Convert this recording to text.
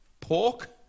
pork